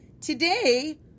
Today